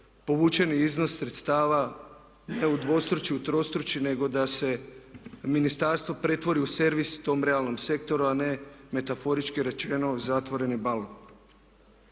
povučeni iznos sredstava ne udvostruči, utrostruči nego da se ministarstvo pretvori u servis tom realnom sektoru a ne metaforički rečeno zatvoreni …/Ne